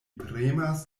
premas